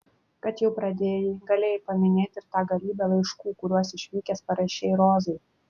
kad jau pradėjai galėjai paminėti ir tą galybę laiškų kuriuos išvykęs parašei rozai